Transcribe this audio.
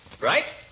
Right